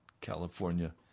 California